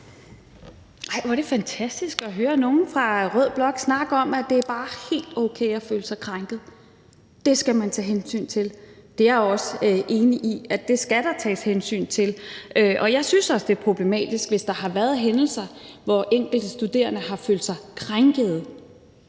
Nej, hvor er det bare fantastisk at høre nogle fra blå blok snakke om, at det bare er helt okay at føle sig krænket, det skal man tage hensyn til. Det er jeg også enig i, altså at det skal der tages hensyn til. Jeg synes også, det er problematisk, hvis der har været hændelser, hvor enkelte studerende har følt sig krænket,